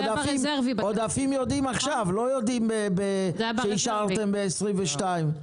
עודפים יודעים עכשיו, לא יודעים שהשארתם ב-2021.